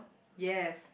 yes